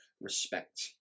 respect